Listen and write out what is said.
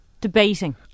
Debating